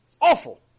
Awful